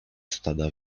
stada